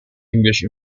english